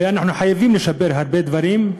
ואנחנו חייבים לשפר הרבה דברים.